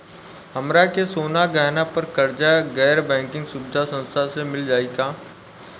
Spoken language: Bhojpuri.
हमरा के सोना गहना पर कर्जा गैर बैंकिंग सुविधा संस्था से मिल जाई का?